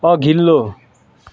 अघिल्लो